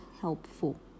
helpful